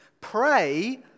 Pray